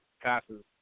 passes